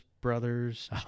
Brothers